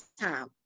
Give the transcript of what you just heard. time